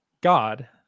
God